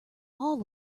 all